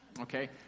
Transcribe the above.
Okay